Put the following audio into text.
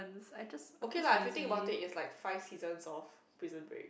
okay lah if you think about its like five seasons of Prison Break